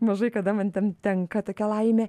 mažai kada man ten tenka tokia laimė